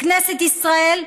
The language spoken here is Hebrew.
בכנסת ישראל,